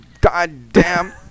goddamn